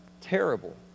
terrible